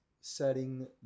setting